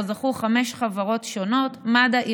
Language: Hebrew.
שבו זכו חמש חברות שונות: מד"א,